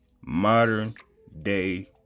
modern-day